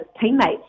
teammates